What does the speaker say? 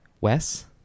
Wes